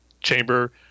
chamber